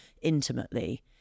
intimately